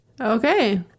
Okay